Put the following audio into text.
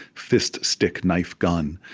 fist stick knife gun,